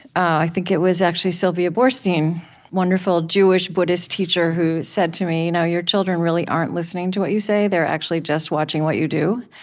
i think it was actually sylvia boorstein, this wonderful jewish buddhist teacher who said to me, you know your children really aren't listening to what you say. they're actually just watching what you do.